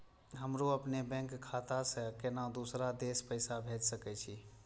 हमरो अपने बैंक खाता से केना दुसरा देश पैसा भेज सके छी?